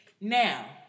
Now